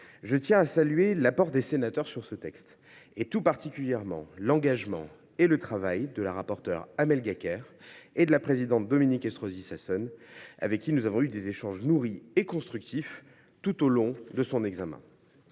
Je tiens à saluer l’apport des sénateurs, et tout particulièrement l’engagement et le travail de la rapporteure Amel Gacquerre et de la présidente de la commission Dominique Estrosi Sassone, avec qui nous avons eu des échanges nourris et constructifs tout au long de l’examen